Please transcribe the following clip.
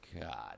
god